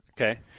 Okay